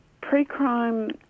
pre-crime